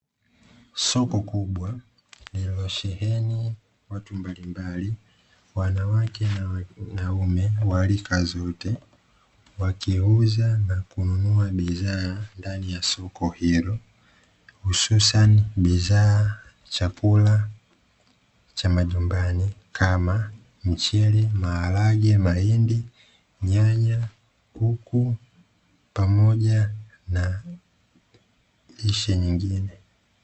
Soko kubwa lililosheheni watu mbalimbali, wanawake na wanaume wa rika zote , wakiuza na kununua bidhaa ndani ya soko hilo hususani bidhaa, chakula cha majumbani kama: mchele, maharage, mahindi, nyanya, kuku pamoja na lishe nyingine.